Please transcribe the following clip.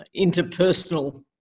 interpersonal